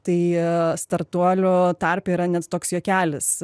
tai startuolių tarpe yra net toks juokelis